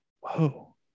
Whoa